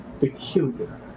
peculiar